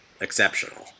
exceptional